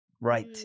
Right